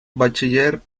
bachiller